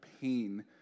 pain